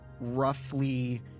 roughly